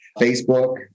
Facebook